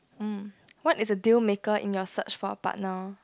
mm what is a deal maker in your search in a partner